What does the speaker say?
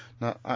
Now